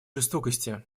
жестокости